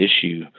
issue